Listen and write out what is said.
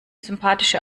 sympathische